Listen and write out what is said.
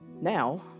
Now